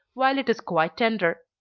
while it is quite tender.